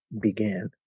began